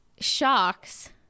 shocks